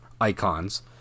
icons